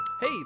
Hey